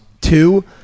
Two